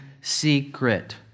secret